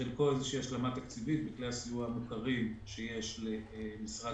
חלק יהיה באיזו השלמה תקציבית בכלי הסיוע המוכרים שיש למשרד